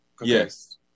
Yes